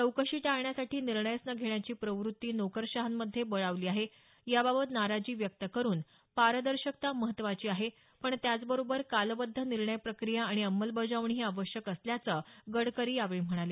चौकशी टाळण्यासाठी निर्णयच न घेण्याची प्रवत्ती नोकरशहांमधे बळावली आहे याबाबत नाराजी व्यक्त करुन पारदर्शकता महत्त्वाची आहे पण त्याच बरोबर कालबद्ध निर्णय प्रक्रिया आणि अंमलबजावणीही आवश्यक आहे असं गडकरी यावेळी म्हणाले